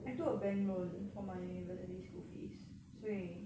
I took a bank loan for my university school fees 所以